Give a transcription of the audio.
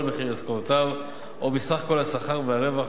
מחיר עסקאותיו או מסך כל השכר והרווח,